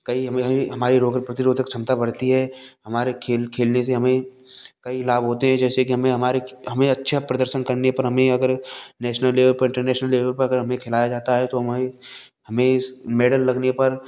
कई हमारी रोग प्रतिरोधक क्षमता बढ़ती हैं हमारे खेल खेलने से हमें कई लाभ होते हैं जैसे कि हमें हमारे हमें अच्छा प्रदर्शन करने पर हमें अगर नेशनल लेवल पर इंटरनेशनल लेवल पर अगर हमें खिलाया जाता हैं तो हमें हमें मेडल लगने पर